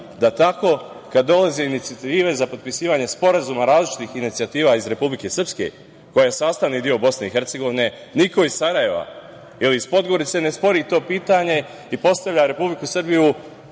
da tako kad dolaze inicijative za potpisivanje sporazuma, različitih inicijativa iz Republike Srpske, koja je sastavni deo BiH, niko iz Sarajeva ili iz Podgorice ne spori to pitanje i postavlja Republiku Srbiju